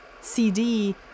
CD